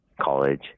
College